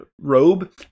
robe